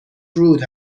رود